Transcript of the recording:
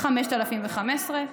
5,015,